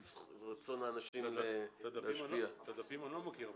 על סדר-היום: הצעת חוק לתיקון פקודת הסמים המסוכנים (מס' 16)